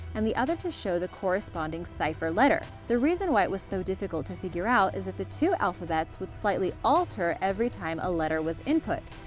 and the other to show the corresponding cipher letter. the reason why it was so difficult to figure out is that the two alphabets would slightly alter every time a letter was input.